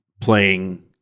playing –